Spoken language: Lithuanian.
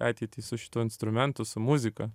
ateitį su šituo instrumentu su muzika